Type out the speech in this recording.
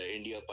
India